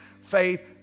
faith